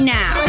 now